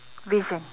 vision